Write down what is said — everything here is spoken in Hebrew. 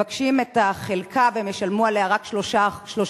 מבקשים את החלקה והם ישלמו עליה רק 3.75%,